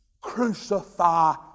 Crucify